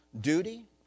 duty